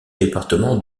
département